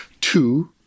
Two